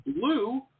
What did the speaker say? blue